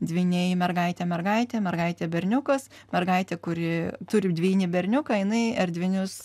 dvyniai mergaitė mergaitė mergaitė berniukas mergaitė kuri turi dvynį berniuką jinai erdvinius